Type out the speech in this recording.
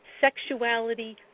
sexuality